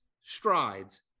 strides